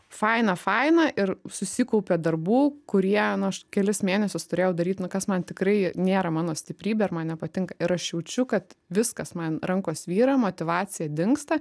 faina faina ir susikaupė darbų kurie aš kelis mėnesius turėjau daryt nu kas man tikrai nėra mano stiprybė man nepatinka ir aš jaučiu kad viskas man rankos svyra motyvacija dingsta